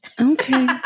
okay